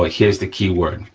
ah here's the key word.